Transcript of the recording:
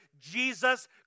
Jesus